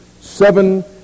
seven